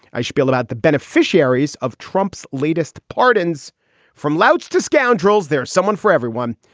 i shpiel about the beneficiaries of trump's latest pardons from louds to scoundrel's. there's someone for everyone.